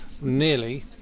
nearly